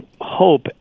hope